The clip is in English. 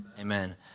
Amen